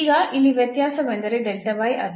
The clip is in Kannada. ಈಗ ಇಲ್ಲಿ ವ್ಯತ್ಯಾಸವೆಂದರೆ ಅಥವಾ ಯಲ್ಲಿನ ಇನ್ಕ್ರಿಮೆಂಟ್